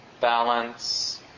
balance